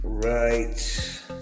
right